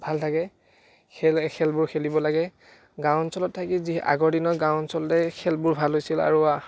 ভাল থাকে খেল খেলবোৰ খেলিব লাগে গাঁও অঞ্চলত থাকি যি আগৰ দিনৰ গাঁও অঞ্চলতেই খেলবোৰ ভাল হৈছিল আৰু